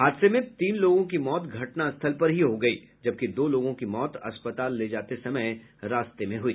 हादसे में तीन लोगों की मौत घटनास्थल पर ही हो गयी जबकि दो लोगों की मौत अस्पताल ले जाते समय रास्ते में हुई